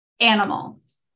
animals